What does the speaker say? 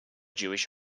jewish